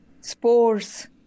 Spores